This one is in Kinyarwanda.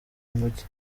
umujyi